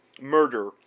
murder